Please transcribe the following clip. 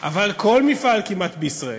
אבל כמעט כל מפעל בישראל